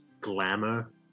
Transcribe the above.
glamour